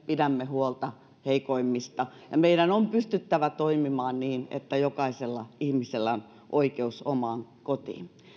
pidämme huolta heikoimmista ja meidän on pystyttävä toimimaan niin että jokaisella ihmisellä on oikeus omaan kotiin